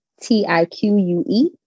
t-i-q-u-e